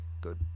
good